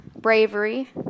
bravery